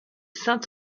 saint